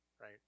Right